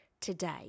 today